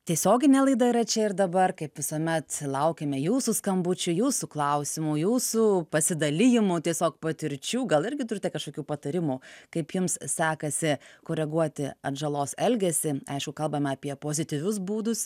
tiesioginė laida yra čia ir dabar kaip visuomet laukiame jūsų skambučių jūsų klausimų jūsų pasidalijimų tiesiog patirčių gal irgi turite kažkokių patarimų kaip jums sekasi koreguoti atžalos elgesį aišku kalbama apie pozityvius būdus